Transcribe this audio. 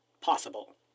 possible